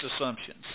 assumptions